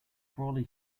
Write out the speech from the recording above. brolly